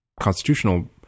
constitutional